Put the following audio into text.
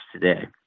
today